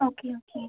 okay okay